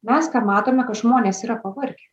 mes matome kad žmonės yra pavargę